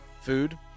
Food